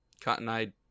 Cotton-eyed